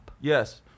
Yes